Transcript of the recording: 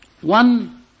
One